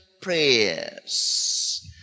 prayers